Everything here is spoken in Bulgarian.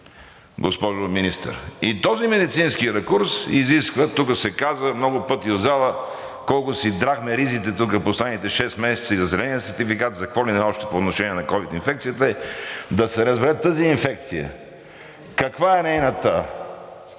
госпожо Министър. И този медицински ракурс изисква – тук в зала много пъти се каза и колко си драхме ризите тук последните шест месеца и за зеления сертификат, и за какво ли не още по отношение на ковид инфекцията, да се разбере тази инфекция – каква е нейната